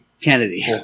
Kennedy